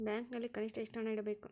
ಬ್ಯಾಂಕಿನಲ್ಲಿ ಕನಿಷ್ಟ ಎಷ್ಟು ಹಣ ಇಡಬೇಕು?